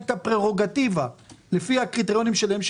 את הפררוגטיבה לפי הקריטריונים שלהם,